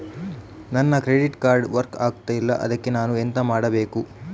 ನನ್ನ credit card work ಆಗ್ತಿಲ್ಲ ಅದ್ಕೆ ನಾನು ಎಂತ ಮಾಡಬೇಕು?